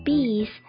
Bees